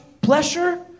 pleasure